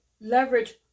leverage